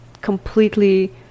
completely